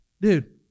dude